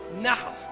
now